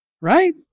right